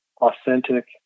authentic